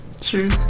True